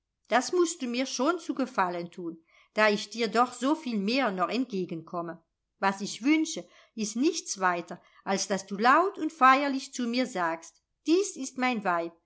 das mußt du mir schon zu gefallen tun da ich dir doch soviel mehr noch entgegenkomme was ich wünsche ist nichts weiter als daß du laut und feierlich zu mir sagst diese ist mein weib